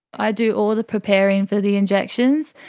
i do all the preparing for the injections.